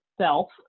self